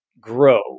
grow